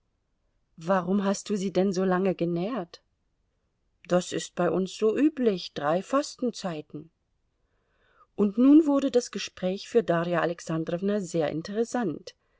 warum hast du sie denn so lange genährt das ist bei uns so üblich drei fastenzeiten und nun wurde das gespräch für darja alexandrowna sehr interessant